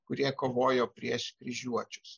kurie kovojo prieš kryžiuočius